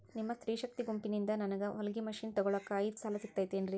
ನಿಮ್ಮ ಸ್ತ್ರೇ ಶಕ್ತಿ ಗುಂಪಿನಿಂದ ನನಗ ಹೊಲಗಿ ಮಷೇನ್ ತೊಗೋಳಾಕ್ ಐದು ಸಾಲ ಸಿಗತೈತೇನ್ರಿ?